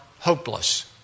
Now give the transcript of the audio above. Hopeless